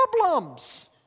problems